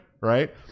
Right